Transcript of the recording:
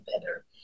better